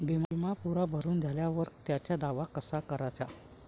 बिमा पुरा भरून झाल्यावर त्याचा दावा कसा कराचा?